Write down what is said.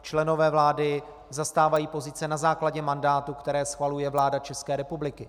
Členové vlády zastávají pozice na základě mandátů, které schvaluje vláda České republiky.